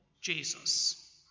Jesus